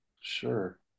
Sure